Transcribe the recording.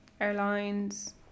airlines